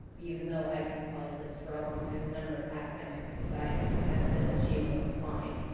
even though i could probably list for a long time the number of academic societies that have said that gmos are fine.